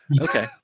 Okay